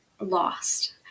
lost